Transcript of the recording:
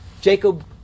Jacob